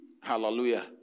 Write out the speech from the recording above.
Hallelujah